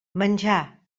menjar